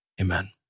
Amen